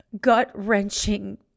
gut-wrenching